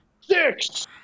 six